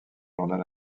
journal